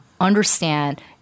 understand